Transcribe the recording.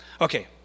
Okay